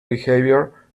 behaviour